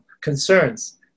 concerns